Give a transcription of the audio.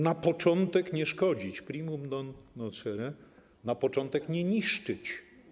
Na początek nie szkodzić, primum non nocere, na początek nie niszczyć.